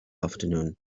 afternoon